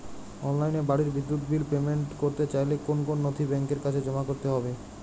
অনলাইনে বাড়ির বিদ্যুৎ বিল পেমেন্ট করতে চাইলে কোন কোন নথি ব্যাংকের কাছে জমা করতে হবে?